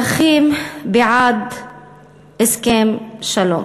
שהאזרחים בעד הסכם שלום.